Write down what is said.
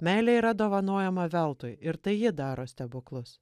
meilė yra dovanojama veltui ir tai ji daro stebuklus